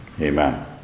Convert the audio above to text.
Amen